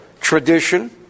tradition